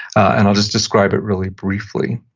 and i'll just describe it really briefly,